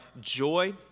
joy